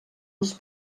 els